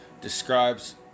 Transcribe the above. describes